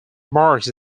marks